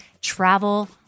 travel